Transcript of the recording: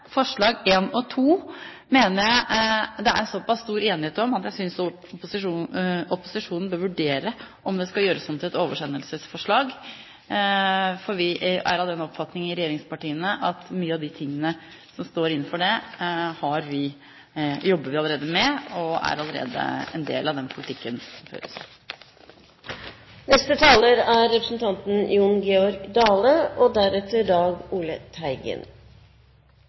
opposisjonen bør vurdere om disse skal gjøres om til oversendelsesforslag, for vi i regjeringspartiene er av den oppfatning at mye av det som står der, jobber vi allerede med, og det er allerede en del av den politikken som føres. Saksordføraren starta sitt innlegg her i dag med å seie at det er